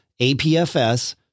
APFS